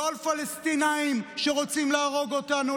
לא על פלסטינים שרוצים להרוג אותנו,